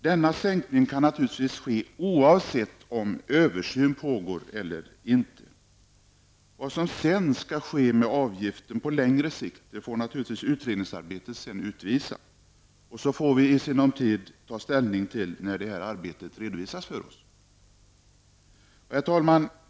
Denna sänkning kan naturligtvis ske oavsett om en översyn pågår eller inte. Vad som sedan skall ske med avgiften på längre sikt får utredningsarbetet utvisa, och så får riksdagen i sinom tid ta ställning, när arbetet redovisats för oss.